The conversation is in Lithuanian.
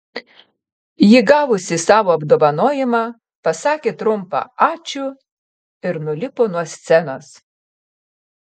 ji gavusi savo apdovanojimą pasakė trumpą ačiū ir nulipo nuo scenos